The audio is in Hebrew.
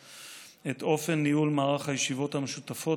את אופן ניהול מערך הישיבות המשותפות,